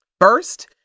First